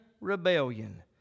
rebellion